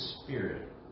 Spirit